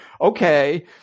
okay